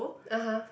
(uh huh)